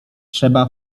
trzeba